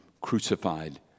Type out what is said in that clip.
crucified